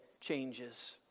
changes